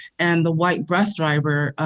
and the white bus driver